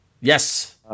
Yes